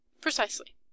Precisely